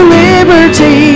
liberty